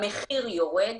המחיר יורד,